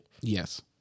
Yes